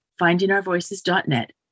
findingourvoices.net